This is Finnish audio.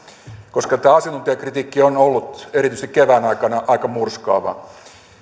koska tämä asiantuntijakritiikki on ollut erityisesti kevään aikana aika murskaavaa